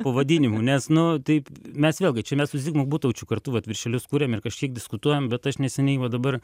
pavadinimų nes nu taip mes vėlgi čia mes su zigmu butaučiu kartu vat viršelius kuriam ir kažkiek diskutuojam bet aš neseniai va dabar